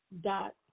dot